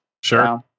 sure